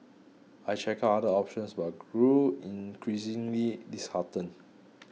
I checked other options but grew increasingly disheartened